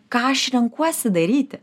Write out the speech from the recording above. ką aš renkuosi daryti